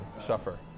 suffer